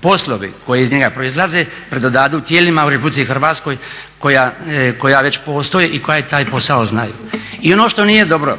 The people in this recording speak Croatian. poslovi koji iz njega proizlaze pridodaju tijelima u RH koja već postoje i koja i taj posao znaju. I ono što nije dobro,